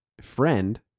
friend